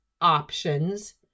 options